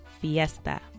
fiesta